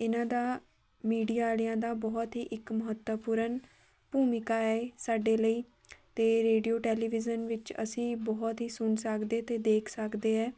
ਇਹਨਾਂ ਦਾ ਮੀਡੀਆ ਵਾਲਿਆਂ ਦਾ ਬਹੁਤ ਹੀ ਇੱਕ ਮਹੱਤਵਪੂਰਨ ਭੂਮਿਕਾ ਹੈ ਸਾਡੇ ਲਈ ਅਤੇ ਰੇਡੀਓ ਟੈਲੀਵਿਜ਼ਨ ਵਿੱਚ ਅਸੀਂ ਬਹੁਤ ਹੀ ਸੁਣ ਸਕਦੇ ਅਤੇ ਦੇਖ ਸਕਦੇ ਹੈ